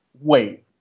Wait